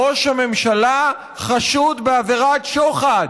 ראש הממשלה חשוד בעבירת שוחד.